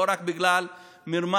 לא רק בגלל מרמה,